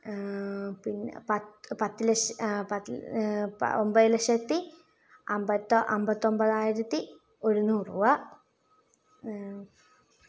പിന്നെ പത് പത്ത് ലഷ് പത്ത് പ ഒൻപത് ലക്ഷത്തി അൻപത്ത അൻപത്തൊൻപതിനായിരത്തി ഒരുനൂറൂ രൂപ